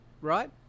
right